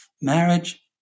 Marriage